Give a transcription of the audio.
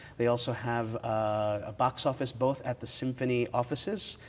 they also have a box office both at the symphony offices,